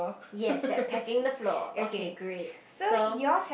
yes they are pecking the floor okay great so